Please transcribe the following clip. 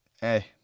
hey